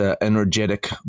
Energetic